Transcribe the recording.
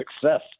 success